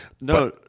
No